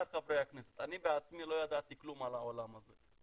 אני בעצמי לא ידעתי כלום על העולם הזה,